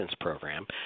program